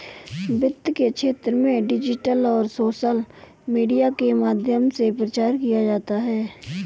वित्त के क्षेत्र में डिजिटल और सोशल मीडिया के माध्यम से प्रचार किया जाता है